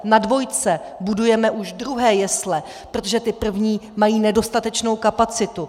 Na dvojce budujeme už druhé jesle, protože ty první mají nedostatečnou kapacitu.